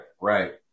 right